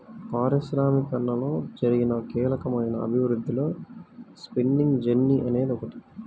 పారిశ్రామికీకరణలో జరిగిన కీలకమైన అభివృద్ధిలో స్పిన్నింగ్ జెన్నీ అనేది ఒకటి